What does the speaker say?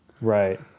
Right